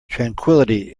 tranquillity